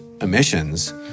emissions